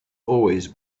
always